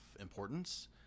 importance